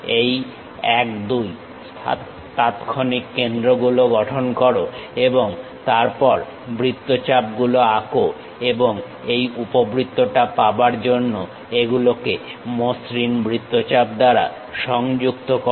এই 1 2 তাৎক্ষণিক কেন্দ্রগুলো গঠন করো এবং তারপর বৃত্তচাপ গুলো আঁকো এবং এই উপবৃত্তটা পাবার জন্য এগুলোকে মসৃণ বৃত্তচাপ দ্বারা সংযুক্ত করো